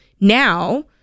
Now